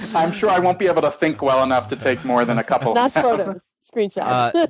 i'm sure i won't be able to think well enough to take more than a couple. not photos. screen shots.